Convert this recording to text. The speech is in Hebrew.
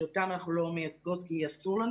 שאותן אנחנו לא מייצגות כי אסור לנו